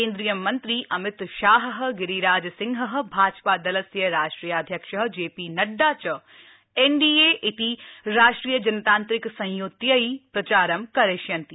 केन्द्रीय मन्त्री अमित शाह गिरिराज सिंह भाजपा दलस्य राष्ट्रीय अध्यक्ष जेपीनड्डा च एनडीए इति राष्ट्रीय जनतांत्रिक संयुत्यै प्रचार करिष्यन्ति